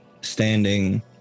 standing